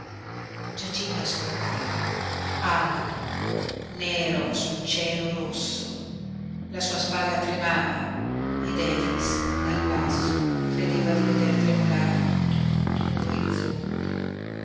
giacinto ascoltava alto nero sul cielo rosso la sua spalla tremava ed efix dal basso credeva di veder tremolare tutto